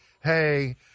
hey